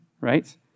right